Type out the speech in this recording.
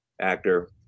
actor